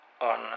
on